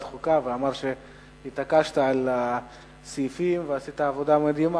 חוקה ואמר שהתעקשת על הסעיפים ועשית עבודה מדהימה.